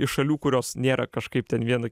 iš šalių kurios nėra kažkaip ten viena